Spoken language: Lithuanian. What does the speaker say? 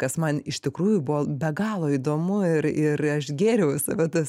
kas man iš tikrųjų buvo be galo įdomu ir ir aš gėriau į save tas